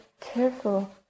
careful